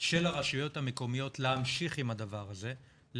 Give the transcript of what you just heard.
של הרשויות המקומיות להמשיך עם הדבר הזה,